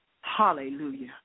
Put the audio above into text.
Hallelujah